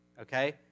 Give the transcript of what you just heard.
okay